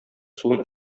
суын